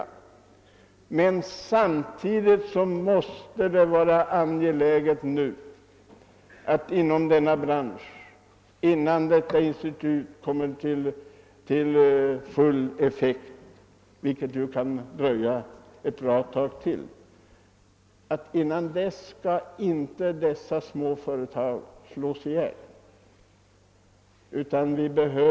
Det måste samtidigt vara angeläget att se till att de små företagen inom denna bransch inte blir utkonkurrerade innan institutet helt fått i gång sin verksamhet, vilket ju kan dröja ännu ett bra tag. Vi behöver sådana företag på detta område.